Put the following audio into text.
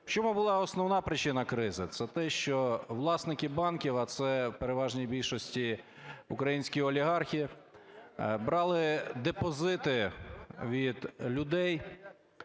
В чому була основна причина кризи? Це те, що власники банків, а це в переважній більшості українські олігархи, брали депозити від людей